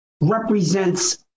represents